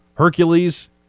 Hercules